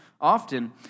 often